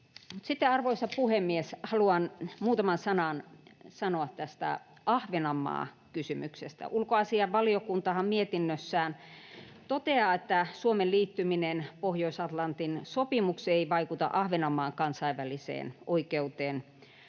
arvoisa puhemies, haluan muutaman sanan sanoa tästä Ahvenanmaa-kysymyksestä. Ulkoasiainvaliokuntahan mietinnössään toteaa, että Suomen liittyminen Pohjois-Atlantin sopimukseen ei vaikuta Ahvenanmaan kansainväliseen oikeuteen